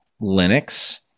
linux